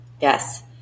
Yes